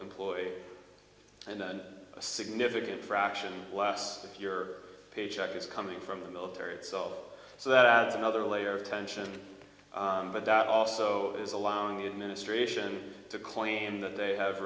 employed and then a significant fraction last if your paycheck is coming from the military itself so that adds another layer of tension but that also is allowing the administration to claim that they have